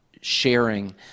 sharing